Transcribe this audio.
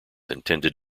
intended